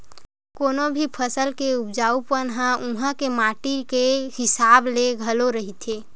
कोनो भी फसल के उपजाउ पन ह उहाँ के माटी के हिसाब ले घलो रहिथे